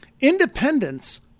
Independence